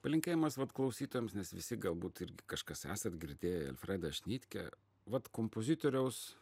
palinkėjimas vat klausytojams nes visi galbūt irgi kažkas esat girdėję alfredas šnitkė vat kompozitoriaus